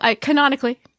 canonically